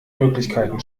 möglichkeiten